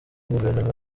guverinoma